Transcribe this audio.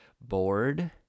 bored